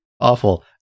awful